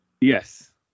Yes